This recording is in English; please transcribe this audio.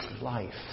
life